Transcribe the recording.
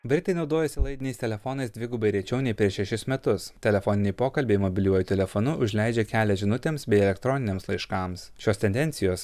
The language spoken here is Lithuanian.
britai naudojasi laidiniais telefonais dvigubai rečiau nei prieš šešis metus telefoniniai pokalbiai mobiliuoju telefonu užleidžia kelią žinutėms bei elektroniniams laiškams šios tendencijos